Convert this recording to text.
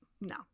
No